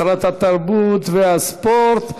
שרת התרבות והספורט,